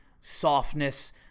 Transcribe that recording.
softness